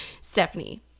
Stephanie